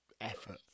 effort